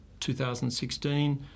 2016